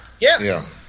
Yes